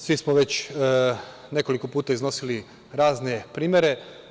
Svi smo već nekoliko puta iznosili razne primere.